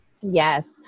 Yes